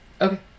Okay